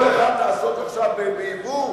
כל אחת תעסוק עכשיו בייבוא?